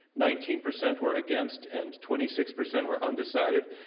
nineteen percent were against, and twenty six percent were undecided.